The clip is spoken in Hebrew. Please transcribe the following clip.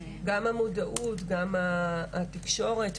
גם המודעות וגם התקשורת,